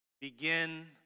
begin